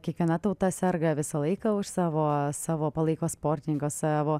kiekviena tauta serga visą laiką už savo savo palaiko sportininką savo